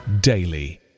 daily